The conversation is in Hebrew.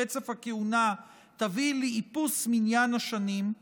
ברצף הכהונה תביא לאיפוס מניין השנים,